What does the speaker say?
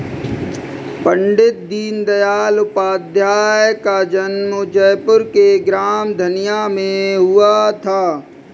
पण्डित दीनदयाल उपाध्याय का जन्म जयपुर के ग्राम धनिया में हुआ था